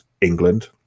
England